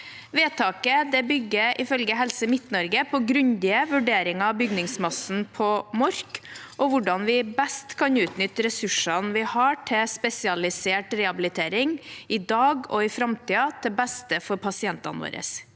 Vedtaket bygger ifølge Helse Midt-Norge på grundige vurderinger av bygningsmassen på Mork og hvordan man best kan utnytte ressursene man har til spesialisert rehabilitering, i dag og i framtiden, til beste for pasientene.